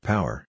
Power